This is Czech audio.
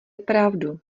pravdu